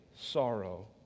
sorrow